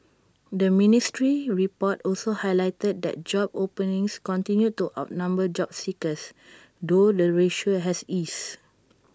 the ministry's report also highlighted that job openings continued to outnumber job seekers though the ratio has eased